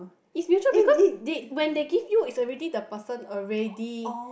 is usual because they when they give you is already the person already